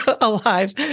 alive